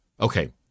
Okay